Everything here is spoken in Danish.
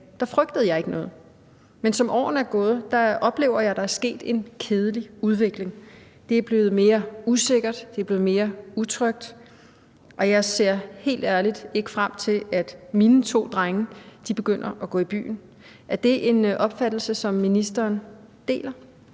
frygtede jeg ikke noget. Men som årene er gået, oplever jeg, at der er sket en kedelig udvikling. Det er blevet mere usikkert, det er blevet mere utrygt, og jeg ser helt ærligt ikke frem til, at mine to drenge begynder at gå i byen. Er det en opfattelse, som ministeren deler?